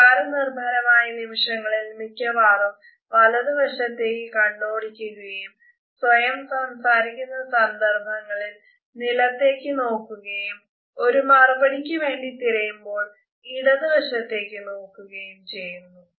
വികാരനിർഭരമായ നിമിഷങ്ങളിൽ മിക്കവാറും വലതു വശത്തേക് കണ്ണോടിക്കുകയും സ്വയം സംസാരിക്കുന്ന സന്ദർഭങ്ങളിൽ നിലത്തേക് നോക്കുകയും ഒരു മറുപടിക്ക് വേണ്ടി തിരയുമ്പോൾ ഇടതു വശത്തേക് നോക്കുകയും ചെയ്യുന്നു